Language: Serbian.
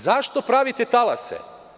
Zašto pravite talase?